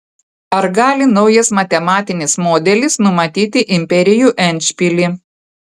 ar gali naujas matematinis modelis numatyti imperijų endšpilį